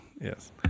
Yes